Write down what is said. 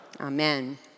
Amen